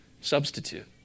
substitute